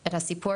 את הסיפור